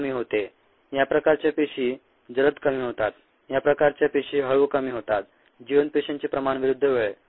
हे कमी होते या प्रकारच्या पेशी जलद कमी होतात या प्रकारच्या पेशी हळू कमी होतात जिवंत पेशींचे प्रमाण विरुद्ध वेळ